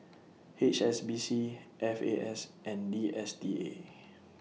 H S B C F A S and D S T A